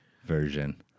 version